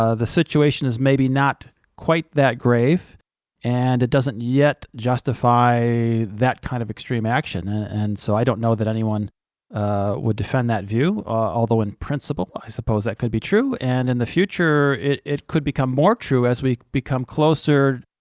ah the situation is maybe not quite that grave and it doesn't yet justify that kind of extreme action. and and so i don't know that anyone would defend that view although in principle, i suppose that could be true, and in the future it it could become more true as we become closer,